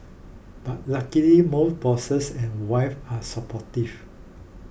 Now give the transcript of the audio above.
but luckily most bosses and wife are supportive